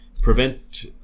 prevent